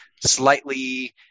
slightly